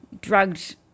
drugged